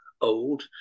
Old